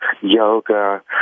yoga